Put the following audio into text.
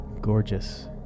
gorgeous